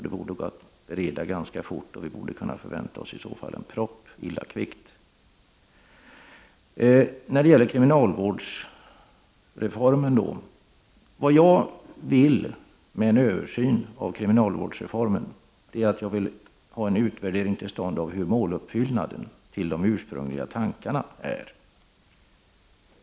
Det borde gå att bereda ett förslag ganska fort, och vi borde i så fall kunna förvänta en proposition illa kvickt. Vad jag vill med en översyn av kriminalvårdsreformen är att få till stånd en utvärdering av hur måluppfyllelsen är i förhållande till de ursprungliga tankarna.